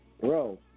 Bro